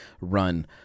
run